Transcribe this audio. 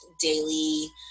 daily